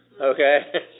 okay